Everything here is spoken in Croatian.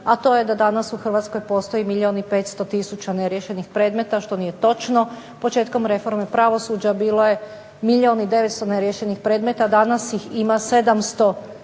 a to je da danas u Hrvatskoj postoji milijun i 500 neriješenih predmeta, što nije točno. Početkom reforme pravosuđa bilo je milijun i 900 neriješenih predmeta, danas ih ima 700